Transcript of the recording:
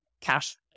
cash